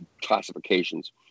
classifications